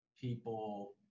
people